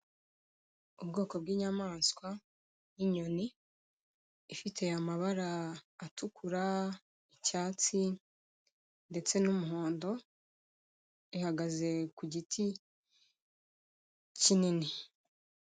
Ubwoko bw'inyamaswa y'inyoni, ifite amabara atukura, icyatsi ndetse n'umuhondo, ihagaze ku giti kinini.